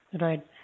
Right